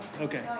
Okay